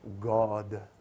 God